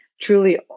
truly